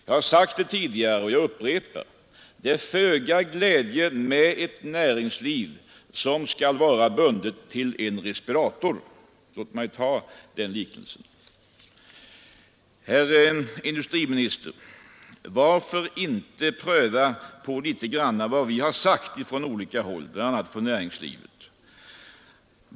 Jag har sagt tidigare, och jag upprepar: Det är föga glädje med ett näringsliv som skall vara bundet till en respirator. — Låt mig göra den liknelsen. Herr industriminister! Varför inte pröva litet grand av vad vi föreslagit från olika håll, bl.a. från näringslivet?